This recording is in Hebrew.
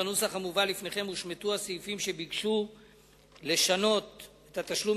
בנוסח המובא לפניכם הושמטו הסעיפים שביקשו לשנות את התשלום